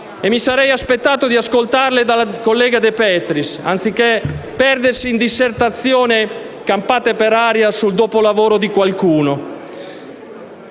a questo da parte della collega De Petris, anziché perdersi in dissertazioni campate per aria sul dopolavoro di qualcuno.